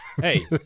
Hey